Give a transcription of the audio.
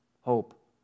hope